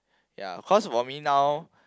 ya cause for me now